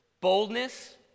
boldness